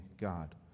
god